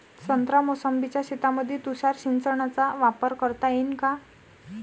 संत्रा मोसंबीच्या शेतामंदी तुषार सिंचनचा वापर करता येईन का?